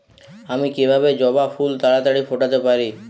আমি কিভাবে জবা ফুল তাড়াতাড়ি ফোটাতে পারি?